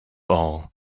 all